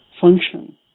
function